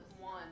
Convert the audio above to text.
One